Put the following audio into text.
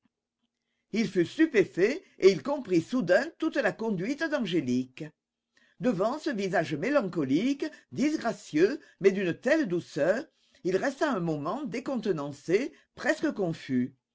il fut stupéfait et il comprit soudain toute la conduite d'angélique devant ce visage mélancolique disgracieux mais d'une telle douceur il resta un moment décontenancé presque confus